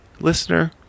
listener